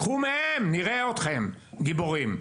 קחו מהם ונראה אתכם גיבורים.